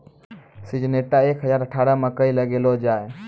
Syngenta एक हजार अठारह मकई लगैलो जाय?